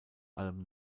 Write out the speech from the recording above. allem